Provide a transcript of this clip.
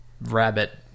rabbit